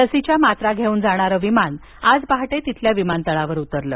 लसीच्या मात्रा धेऊन जाणारे विमान आज पहाटे तिथल्या विमानतळावर उतरलं